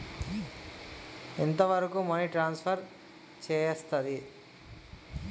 ఎంత వరకు money transfer చేయస్తది?